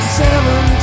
seven